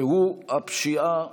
והוא הפשיעה החקלאית,